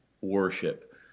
worship